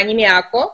ואני מעכו,